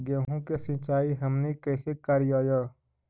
गेहूं के सिंचाई हमनि कैसे कारियय?